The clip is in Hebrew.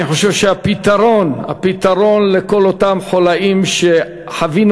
אני חושב שהפתרון לכל אותם חוליים שחווינו